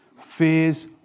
fears